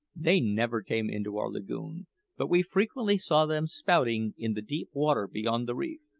they never came into our lagoon but we frequently saw them spouting in the deep water beyond the reef.